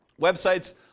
websites